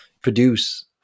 produce